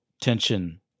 tension